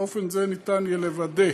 באופן זה יהיה אפשר לוודא